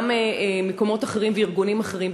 גם מקומות אחרים וארגונים אחרים,